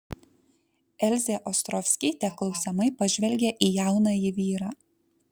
elzė ostrovskytė klausiamai pažvelgė į jaunąjį vyrą